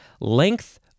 Length